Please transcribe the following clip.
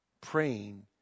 praying